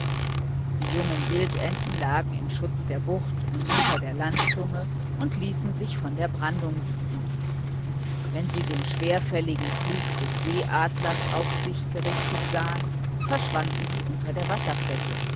die jungen wildenten lagen im schutz der bucht und hinter der landzunge und ließen sich von der brandung wiegen wenn sie den schwerfälligen flug des seeadlers auf sich gerichtet sahen verschwanden sie unter der wasserfläche